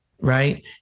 Right